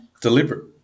deliberate